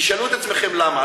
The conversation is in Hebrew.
תשאלו את עצמכם למה.